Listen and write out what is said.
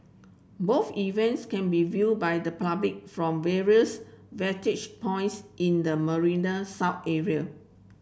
both events can be viewed by the public from various vantage points in the Marina South area